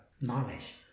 knowledge